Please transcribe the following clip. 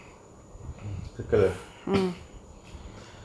sick lah